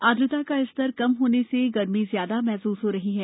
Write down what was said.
आद्रता का स्तर कम होने से गर्मी ज्यादा महसूस हो रही है